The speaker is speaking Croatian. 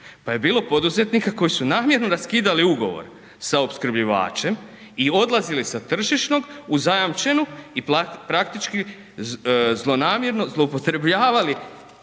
pa je bilo poduzetnika koji su namjerno raskidali ugovor sa opskrbljivačem i odlazili sa tržišnog u zajamčenu i praktički zlonamjerno zloupotrebljavali